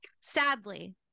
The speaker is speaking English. Sadly